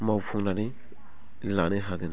मावफुंनानै लानो हागोन